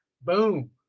boom